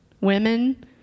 women